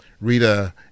Rita